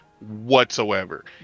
whatsoever